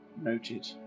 Noted